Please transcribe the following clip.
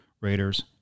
Raiders